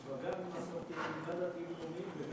יש בה גם מסורתיים, גם דתיים-לאומיים, גם